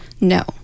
no